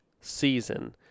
season